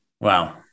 Wow